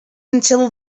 until